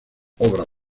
obra